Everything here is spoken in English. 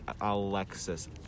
alexis